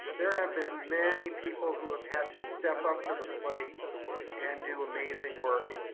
there have been many people who have had to step up to the plate and do amazing work.